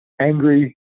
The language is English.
angry